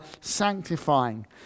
sanctifying